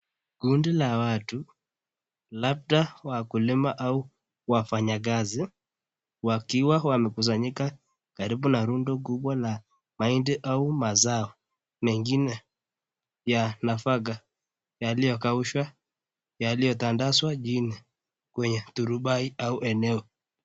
Kundi la watu labda wakulima au wafanyakazi wakiwa wamekusanyika karibu na rundo kubwa la mahindi au mazao na ingine ya nafaka yaliyokaushwa yaliyotandazwa chini kwenye turubai au eneo.